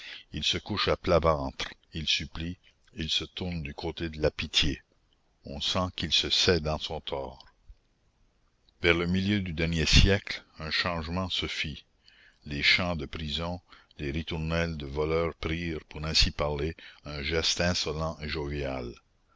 il se couche à plat ventre il supplie il se tourne du côté de la pitié on sent qu'il se sait dans son tort vers le milieu du dernier siècle un changement se fit les chants de prisons les ritournelles de voleurs prirent pour ainsi parler un geste insolent et jovial